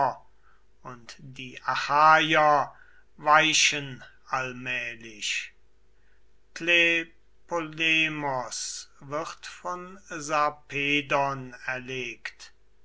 und die achaier weichen allmählich tlepolemos von sarpedon erlegt